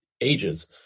ages